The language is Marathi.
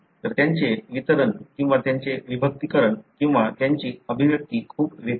तर त्यांचे वितरण किंवा त्यांचे विभक्तीकरण किंवा त्यांची अभिव्यक्ती खूप वेगळी आहे